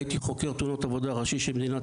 הייתי חוקר תאונות עבודה ראשי של מדינת